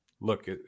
look